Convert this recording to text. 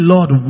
Lord